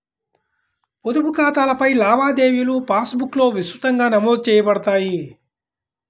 పొదుపు ఖాతాలపై లావాదేవీలుపాస్ బుక్లో విస్తృతంగా నమోదు చేయబడతాయి